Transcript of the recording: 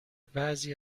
بعضی